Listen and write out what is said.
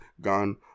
gone